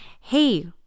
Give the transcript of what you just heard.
hey